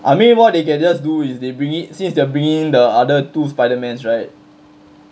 I mean what they can just do is they bring it since they're bringing in the other two spidermans right